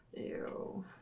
Ew